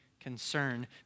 concern